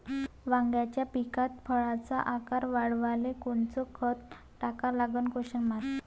वांग्याच्या पिकात फळाचा आकार वाढवाले कोनचं खत टाका लागन?